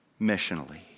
missionally